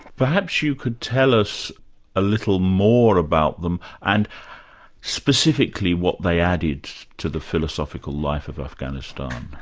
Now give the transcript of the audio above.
perhaps you could tell us a little more about them, and specifically what they added to the philosophical life of afghanistan.